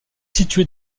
située